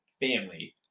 family